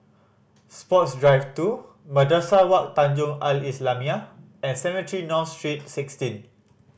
Sports Drive Two Madrasah Wak Tanjong Al Islamiah and Cemetry North Street Sixteen